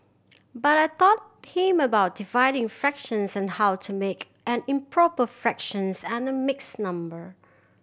but I taught him about dividing fractions and how to make an improper fractions and a mixed number